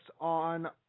on